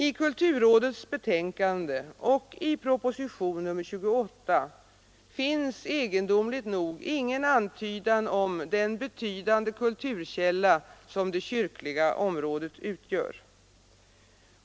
I kulturrådets betänkande och i proposition nr 28 finns egendomligt nog ingen antydan om den betydande kulturkälla som det kyrkliga området utgör.